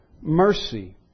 mercy